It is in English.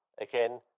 Again